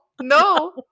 No